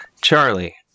Charlie